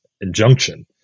injunction